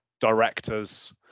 directors